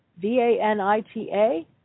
V-A-N-I-T-A